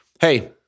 Hey